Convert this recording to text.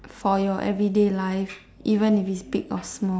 for your everyday life even if it's big or small